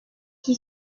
qui